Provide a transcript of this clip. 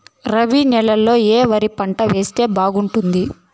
రబి నెలలో ఏ వరి పంట వేస్తే బాగుంటుంది